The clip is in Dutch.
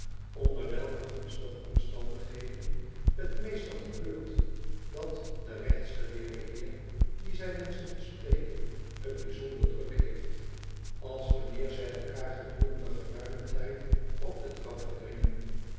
onder welke gunstige omstandigheden t meestal gebeurt dat de rechtsgeleerde heer dien zij wenschen te spreken t bijzonder druk heeft als wanneer zij elkaar gedurende geruimen tijd op de trap verdringen